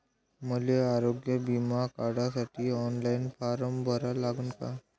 मले आरोग्य बिमा काढासाठी ऑनलाईन फारम भरा लागन का?